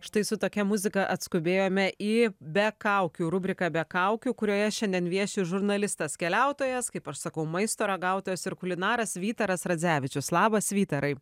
štai su tokia muzika atskubėjome į be kaukių rubriką be kaukių kurioje šiandien vieši žurnalistas keliautojas kaip aš sakau maisto ragautojas ir kulinaras vytaras radzevičius labas vytarai